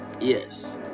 Yes